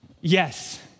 Yes